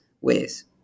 ways